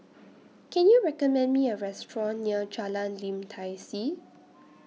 Can YOU recommend Me A Restaurant near Jalan Lim Tai See